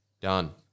Done